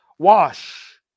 Wash